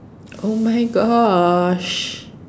!oh-my-gosh!